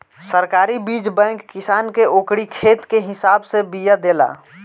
सरकारी बीज बैंक किसान के ओकरी खेत के हिसाब से बिया देला